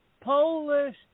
Polish